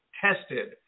tested